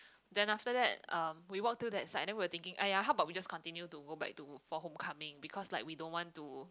then after that um we walk through that side then we were thinking aiyah how about we just continue to go back to for homecoming because like we don't want to